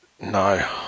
no